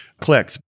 clicks